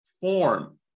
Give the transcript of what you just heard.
Form